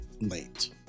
Late